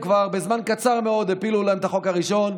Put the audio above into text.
הם בזמן קצר מאוד כבר הפילו להם את החוק הראשון,